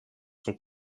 sont